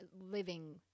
living